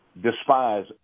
despise